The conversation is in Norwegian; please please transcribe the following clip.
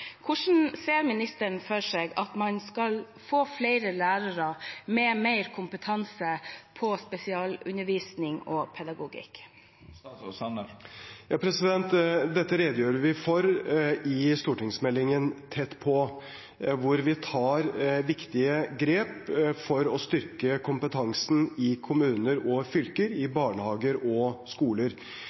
Hvordan ser ministeren for seg at man skal få flere lærere med kompetanse på spesialundervisning og pedagogikk? Dette redegjør vi for i stortingsmeldingen Tett på, der vi tar viktige grep for å styrke kompetansen i kommuner og fylker, i barnehager og skoler.